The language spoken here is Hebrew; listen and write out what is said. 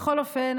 בכל אופן,